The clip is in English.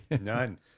None